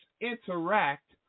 Interact